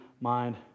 mind